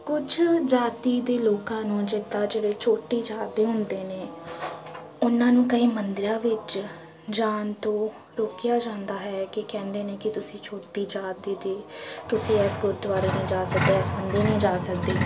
ਕੁਛ ਜਾਤੀ ਦੇ ਲੋਕਾਂ ਨੂੰ ਜਿੱਦਾਂ ਜਿਹੜੇ ਛੋਟੀ ਜਾਤ ਦੇ ਹੁੰਦੇ ਨੇ ਉਹਨਾਂ ਨੂੰ ਕਈ ਮੰਦਿਰਾਂ ਵਿੱਚ ਜਾਣ ਤੋਂ ਰੋਕਿਆ ਜਾਂਦਾ ਹੈ ਕਿ ਕਹਿੰਦੇ ਨੇ ਕਿ ਤੁਸੀਂ ਛੋਟੀ ਜਾਤੀ ਦੇ ਤੁਸੀਂ ਐਸ ਗੁਰਦੁਆਰੇ ਨਹੀਂ ਜਾ ਸਕਦੇ ਇਸ ਮੰਦਿਰ ਨਹੀਂ ਜਾ ਸਕਦੇ